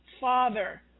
Father